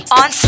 on